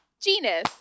Genus